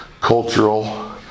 cultural